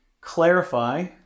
clarify